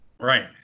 Right